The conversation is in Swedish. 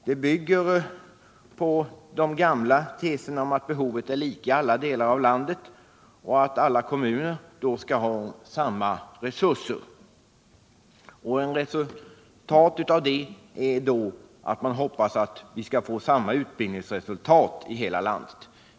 Det bygger på de gamla teserna om att behovet är lika i alla delar av landet och att därför alla kommuner skall ha samma resurser. Konsekvensen av det resonemanget blir att man hoppas få samma utbildningsresultat över hela landet.